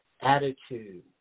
attitude